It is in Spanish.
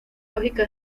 lógica